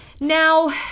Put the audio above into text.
Now